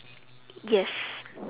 yes